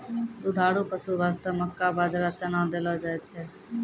दुधारू पशु वास्तॅ मक्का, बाजरा, चना देलो जाय छै